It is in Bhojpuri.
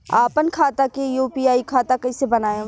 आपन खाता के यू.पी.आई खाता कईसे बनाएम?